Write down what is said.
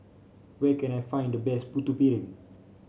where can I find the best Putu Piring